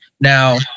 Now